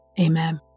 Amen